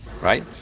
right